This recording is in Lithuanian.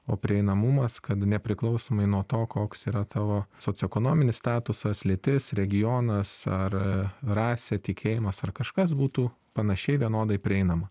o prieinamumas kad nepriklausomai nuo to koks yra tavo socioekonominis statusas lytis regionas ar rasė tikėjimas ar kažkas būtų panašiai vienodai prieinama